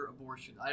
abortion